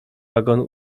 wagonu